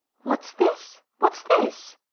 what's this? what's this?